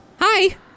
Hi